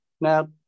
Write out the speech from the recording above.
Now